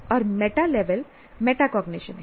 और meta level metacognition है